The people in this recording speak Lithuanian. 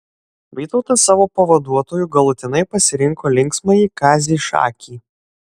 vytautas savo pavaduotoju galutinai pasirinko linksmąjį kazį šakį